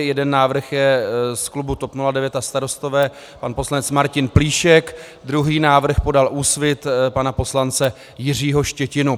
Jeden návrh je z klubu TOP 09 a Starostové pan poslanec Martin Plíšek, druhý návrh podal Úsvit, pana poslance Jiřího Štětinu.